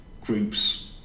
groups